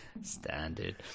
standard